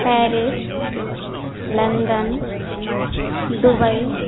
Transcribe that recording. Paris London Dubai